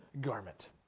garment